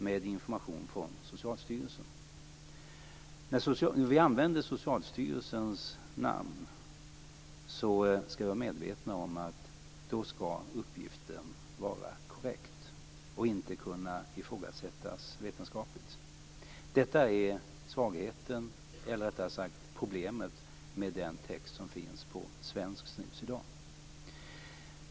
Det står När vi använder Socialstyrelsens namn, skall vi vara medvetna om att uppgiften skall vara korrekt och inte kunna ifrågasättas vetenskapligt. Detta är problemet med den text som finns på svenskt snus i dag.